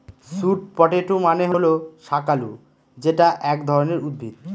sweet potato মানে হল শাকালু যেটা এক ধরনের উদ্ভিদ